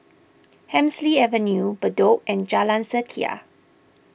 Hemsley Avenue Bedok and Jalan Setia